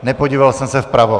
Nepodíval jsem se vpravo.